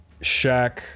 Shaq